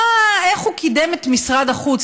איך הוא קידם את משרד החוץ,